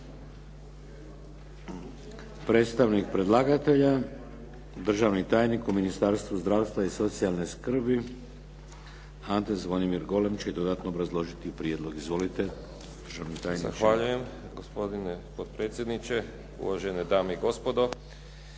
Predstavnik predlagatelja državni tajnik u Ministarstvu zdravstva i socijalne skrbi Ante Zvonimir Golem će dodatno obrazložiti prijedlog. Izvolite